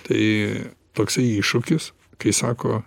tai toksai iššūkis kai sako